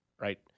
right